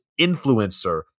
Influencer